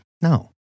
No